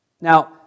Now